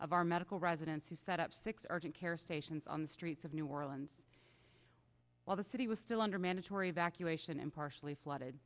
of our medical residents who set up six urgent care stations on the streets of new orleans while the city was still under mandatory evacuation and partially flooded